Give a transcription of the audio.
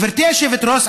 גברתי היושבת-ראש,